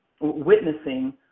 witnessing